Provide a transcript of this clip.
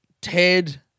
Ted